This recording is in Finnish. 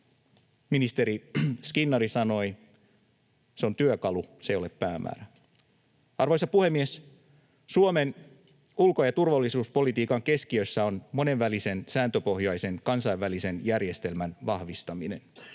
ministeri Skinnari sanoi, työkalu, se ei ole päämäärä. Arvoisa puhemies! Suomen ulko- ja turvallisuuspolitiikan keskiössä on monenvälisen sääntöpohjaisen kansainvälisen järjestelmän vahvistaminen.